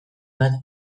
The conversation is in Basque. bat